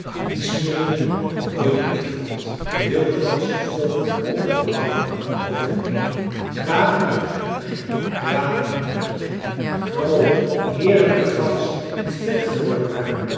dien smirre nog ooit beleefd had de wilde ganzen vlogen onophoudelijk over hem heen kwamen en gingen kwamen en gingen groote heerlijke ganzen die vet geworden waren